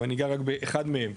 אבל אני אגע רק באחד מהם,